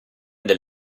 del